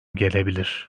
gelebilir